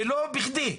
ולא בכדי,